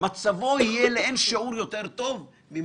יהיה לאין שיעור יותר טוב.